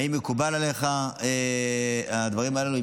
האם מקובלים עליך הדברים האלו?